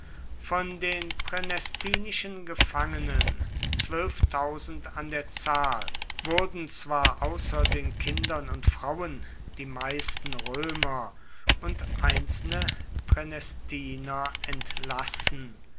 von den praenestinischen gefangenen an der zahl wurden zwar außer den kindern und frauen die meisten römer und einzelne pränestiner entlassen